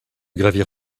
gravir